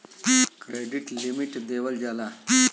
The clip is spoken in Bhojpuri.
क्रेडिट लिमिट देवल जाला